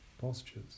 postures